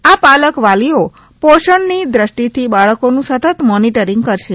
આ પાલક વાલીઓ પોષણની દ્રષ્ટિથી બાળકોનું સતત મોનિટરિંગ કરશે